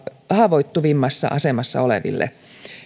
haavoittuvimmassa asemassa oleville